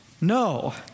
No